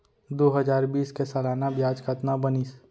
दू हजार बीस के सालाना ब्याज कतना बनिस?